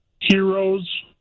heroes